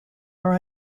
are